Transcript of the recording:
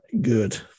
good